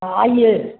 हाँ आइए